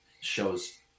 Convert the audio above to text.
shows